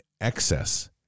excess